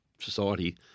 society